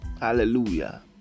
Hallelujah